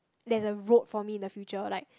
there's a road for me in the future like